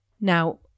Now